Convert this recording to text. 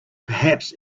perhaps